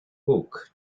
book